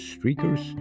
Streakers